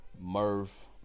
Murph